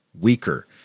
weaker